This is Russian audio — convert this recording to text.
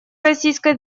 российской